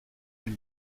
lui